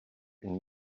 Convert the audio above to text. une